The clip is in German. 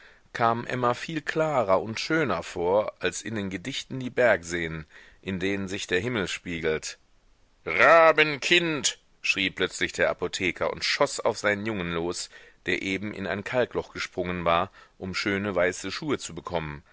kamen emma viel klarer und schöner vor als in den gedichten die bergseen in denen sich der himmel spiegelt rabenkind schrie plötzlich der apotheker und schoß auf seinen jungen los der eben in ein kalkloch gesprungen war um schöne weiße schuhe zu bekommen